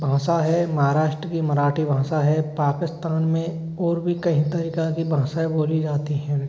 भाषा हैं महाराष्ट्र की मराठी भाषा है पाकिस्तान में और भी कई तरह की भाषाएँ बोली जाती हैं